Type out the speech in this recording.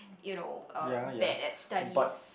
you know uh bad at studies